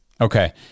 Okay